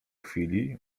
chwili